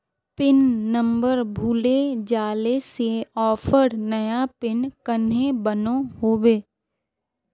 Pin नंबर भूले जाले से ऑफर नया पिन कन्हे बनो होबे?